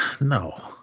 No